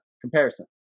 comparison